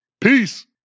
Peace